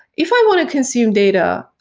if i want to consume data,